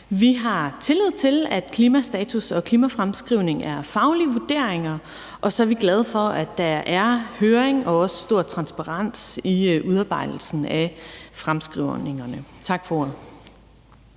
Vi har tillid til, at klimastatusser og klimafremskrivninger er faglige vurderinger, og så er vi glade for, at der er høringer og stor transparens i udarbejdelsen af fremskrivningerne. Tak for ordet.